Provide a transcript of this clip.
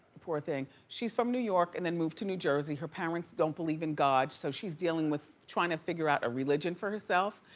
poor thing, she's from new york and then moved to new jersey. her parents don't believe in god so she's dealing with trying to figure out a religion for herself.